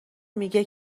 میگه